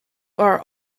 our